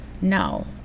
no